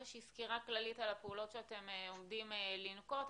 איזו סקירה כללית על הפעולות שאתם עומדים לנקוט.